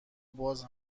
باز